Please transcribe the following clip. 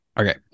okay